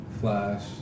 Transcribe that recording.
Flash